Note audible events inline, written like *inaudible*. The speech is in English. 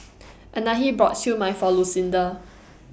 *noise* Anahi bought Siew Mai For Lucinda